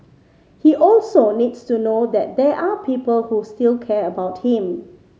he also needs to know that there are people who still care about him